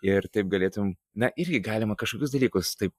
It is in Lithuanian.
ir taip galėtum na irgi galima kažkokius dalykus taip